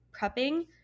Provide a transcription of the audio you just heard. prepping